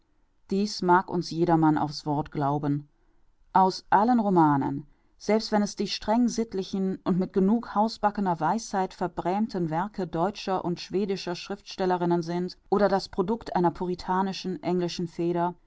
dies mag uns jedermann auf's wort glauben aus allen romanen selbst wenn es die strengsittlichen und mit genug hausbackener weisheit verbrämten werke deutscher und schwedischer schriftstellerinnen sind oder das product einer puritanischen englischen feder